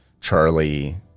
charlie